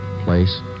Place